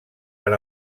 per